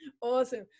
Awesome